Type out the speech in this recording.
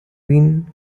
been